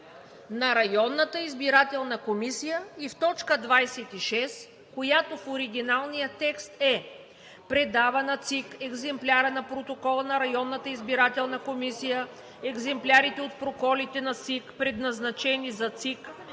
На районната избирателна комисия и в т. 26, която в оригиналния текст е: „Предава на ЦИК екземпляра на протокола на районната избирателна комисия, екземплярите от протоколите на СИК, предназначени за ЦИК,